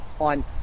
on